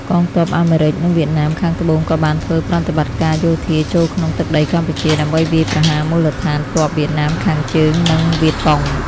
កងទ័ពអាមេរិក និងវៀតណាមខាងត្បូងក៏បានធ្វើប្រតិបត្តិការយោធាចូលក្នុងទឹកដីកម្ពុជា ដើម្បីវាយប្រហារមូលដ្ឋានទ័ពវៀតណាមខាងជើង និងវៀតកុង។